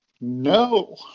No